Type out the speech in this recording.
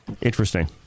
interesting